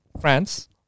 France